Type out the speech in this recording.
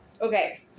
Okay